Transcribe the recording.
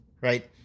right